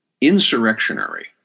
insurrectionary